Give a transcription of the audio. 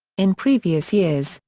in previous years,